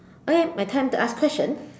okay my time to ask question